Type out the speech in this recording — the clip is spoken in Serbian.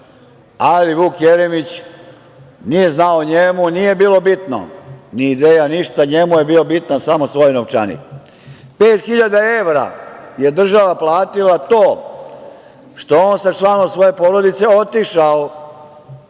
Ali Vuk Jeremić nije znao, njemu nije bila bitna ideja, ništa, njemu je bio bitan samo svoj novčanik. Pet hiljada evra je država platila to što je on sa članovima svoje porodice otišao